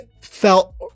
felt